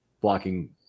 blocking